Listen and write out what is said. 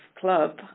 Club